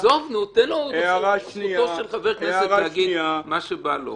זכותו של חבר כנסת להגיד מה שבא לו.